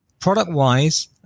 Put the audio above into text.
Product-wise